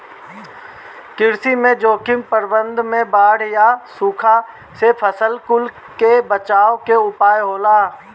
कृषि में जोखिम प्रबंधन में बाढ़ या सुखा से फसल कुल के बचावे के उपाय होला